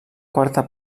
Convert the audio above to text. quarta